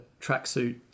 tracksuit